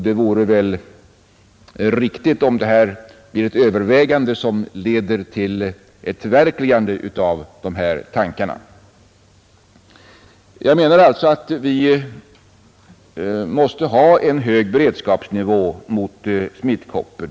Det vore väl riktigt om detta övervägande ledde till ett förverkligande av dessa tankar. Jag menar alltså att vi måste ha en hög beredskap mot smittkoppor.